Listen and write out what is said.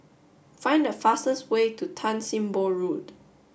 find the fastest way to Tan Sim Boh Road